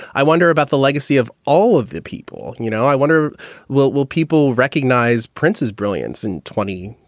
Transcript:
i wonder about the legacy of all of the people. you know, i wonder what will people recognize prince's brilliance in twenty,